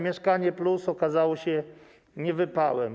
Mieszkanie+” okazało się niewypałem.